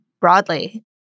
broadly